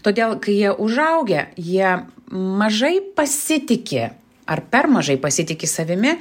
todėl kai jie užaugę jie mažai pasitiki ar per mažai pasitiki savimi